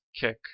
Kick